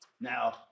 Now